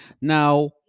Now